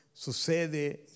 sucede